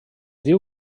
diu